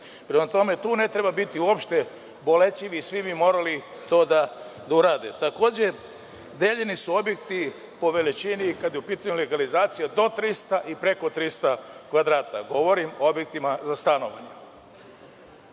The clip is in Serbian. tome, tu ne treba biti uopšte bolećiv i svi bi to morali da urade. Takođe, deljeni su objekti po veličini kada je u pitanju legalizacija do 300 i preko 300 kvadrata, govorim o objektima za stanovanje.